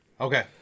Okay